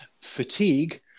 fatigue